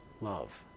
love